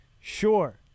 Sure